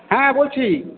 হ্যাঁ বলছি